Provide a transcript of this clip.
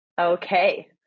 Okay